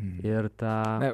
ir tą